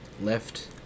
left